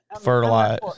fertilize